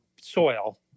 soil